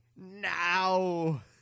Now